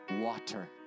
water